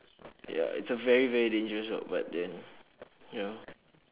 ya it's a very very dangerous job but then you know